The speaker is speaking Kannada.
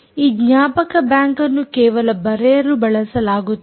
ಈ ಜ್ಞಾಪಕ ಬ್ಯಾಂಕ್ನ್ನು ಕೇವಲ ಬರೆಯಲು ಬಳಸಲಾಗುತ್ತದೆ